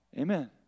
Amen